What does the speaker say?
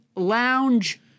lounge